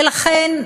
ולכן,